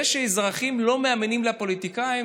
זה שאזרחים לא מאמינים לפוליטיקאים,